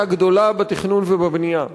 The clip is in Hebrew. הרגרסיה הגדולה בתכנון ובבנייה.